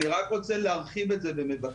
אני רק רוצה להרחיב את זה ומבקש,